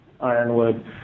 Ironwood